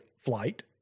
flight